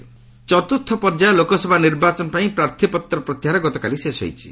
nomination ଚତୁର୍ଥ ପର୍ଯ୍ୟାୟ ଲୋକସଭା ନିର୍ବାଚନ ପାଇଁ ପ୍ରାର୍ଥୀପତ୍ର ପ୍ରତ୍ୟାହାର ଗତକାଲି ଶେଷ ହୋଇଛି